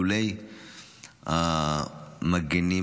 לולא המגינים,